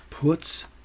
Puts